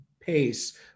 pace